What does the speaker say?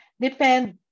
depend